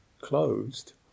closed